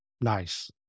Nice